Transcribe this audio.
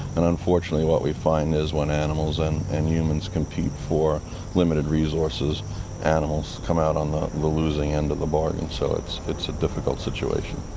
and unfortunately what we find is when animals and and humans compete for limited resources, the animals come out on the the losing end of the bargain. so it's it's a difficult situation.